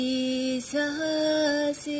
Jesus